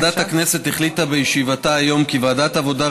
ועדת הכנסת החליטה בישיבתה היום כי ועדת העבודה,